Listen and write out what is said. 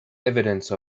evidence